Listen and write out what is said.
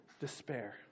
despair